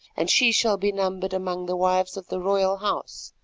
and she shall be numbered among the wives of the royal house.